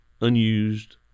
unused